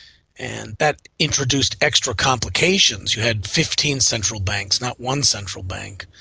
and that introduced extra complications you had fifteen central banks, not one central bank,